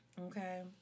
Okay